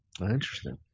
Interesting